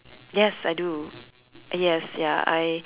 yes I do yes ya I